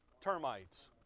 Termites